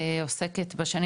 עוסקת בשנים